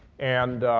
and,